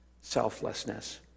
Selflessness